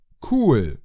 Cool